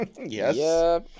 Yes